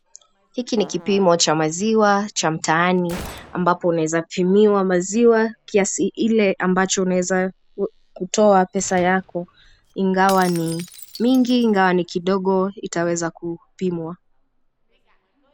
Hiki ni kipimo cha maziwa, cha mtaani, ambapo unaweza pimiwa maziwa kiasi ile ambacho unaweza kutoa pesa yako ingawa ni mingi, ingawa ni kidogo, itaweza kupimwa.